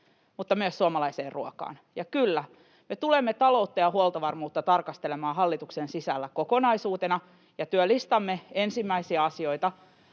mutta myös suomalaiseen ruokaan. Ja kyllä, me tulemme taloutta ja huoltovarmuutta tarkastelemaan hallituksen sisällä kokonaisuutena, ja työlistamme ensimmäisiä asioita